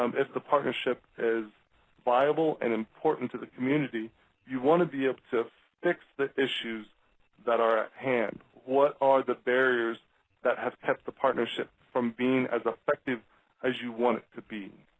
um if the partnership is viable and important to the community you want to be able to fix the issues that are at hand. what are the barriers that have kept the partnership from being as effective as you want it to be?